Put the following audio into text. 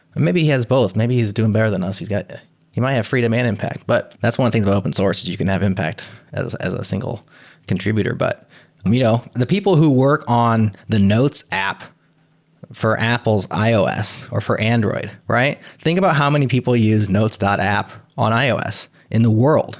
maybe he has both. maybe he's doing better than us. he's got he might have freedom and impact. but that's one thing about open source, is you can have impact as as a single contributor. but you know the people who work on the notes app for apple's ios or for android, right? think about how many people use notes app on ios in the world